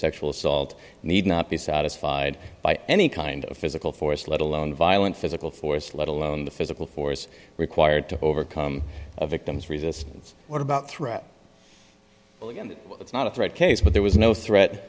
sexual assault need not be satisfied by any kind of physical force let alone violent physical force let alone the physical force required to overcome the victim's resistance or about throw it's not a threat case but there was no threat